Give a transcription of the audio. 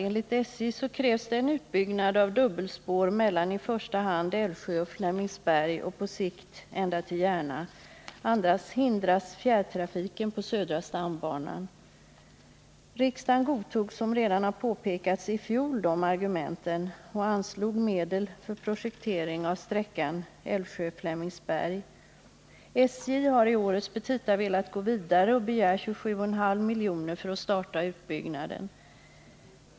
Enligt SJ krävs det en utbyggnad av dubbelspår mellan i första hand Älvsjö och Flemingsberg och på sikt ända till Järna — annars hindras fjärrtrafiken på södra stambanan. Riksdagen godtog, som redan har påpekats, i fjol denna argumentering och anslog medel för projektering av sträckan Älvsjö-Flemingsberg. SJ har i årets petita velat gå vidare och begär 27,5 miljoner för att starta utbyggnaden.